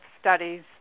studies